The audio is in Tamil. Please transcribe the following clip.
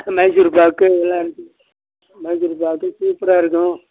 மைசூர்பாக்கு இதெலாம் இருக்குது மைசூர்பாக்கு சூப்பராக இருக்கும்